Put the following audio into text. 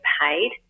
paid